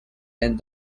and